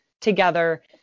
together